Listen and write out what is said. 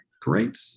Great